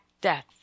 death